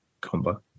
combo